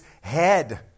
head